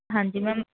ਹਾਂਜੀ ਮੈਮ